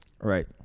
Right